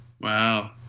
wow